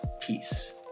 Peace